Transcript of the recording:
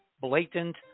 blatant